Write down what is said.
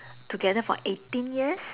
together for eighteen years